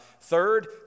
Third